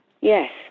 Yes